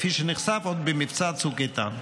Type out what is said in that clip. כפי שנחשף עוד במבצע צוק איתן.